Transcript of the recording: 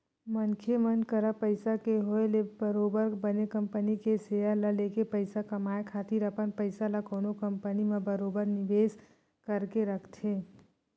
मनखे मन करा पइसा के होय ले बरोबर बने कंपनी के सेयर ल लेके पइसा कमाए खातिर अपन पइसा ल कोनो कंपनी म बरोबर निवेस करके रखथे